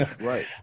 Right